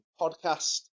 podcast